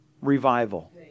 revival